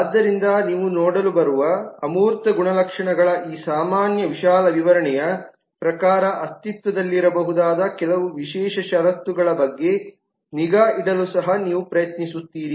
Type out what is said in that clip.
ಆದ್ದರಿಂದ ನೀವು ನೋಡಲು ಬರುವ ಅಮೂರ್ತ ಗುಣಲಕ್ಷಣಗಳ ಈ ಸಾಮಾನ್ಯ ವಿಶಾಲ ವಿವರಣೆಯ ಪ್ರಕಾರ ಅಸ್ತಿತ್ವದಲ್ಲಿರಬಹುದಾದ ಕೆಲವು ವಿಶೇಷ ಷರತ್ತುಗಳ ಬಗ್ಗೆ ನಿಗಾ ಇಡಲು ಸಹ ನೀವು ಪ್ರಯತ್ನಿಸುತ್ತೀರಿ